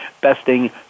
besting